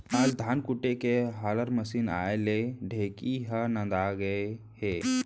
आज धान कूटे के हालर मसीन आए ले ढेंकी ह नंदा गए हे